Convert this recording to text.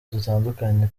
dutandukanye